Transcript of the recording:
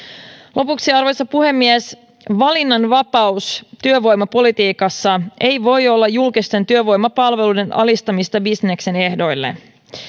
lopuksi arvoisa puhemies valinnanvapaus työvoimapolitiikassa ei voi olla julkisten työvoimapalveluiden alistamista bisneksen ehdoille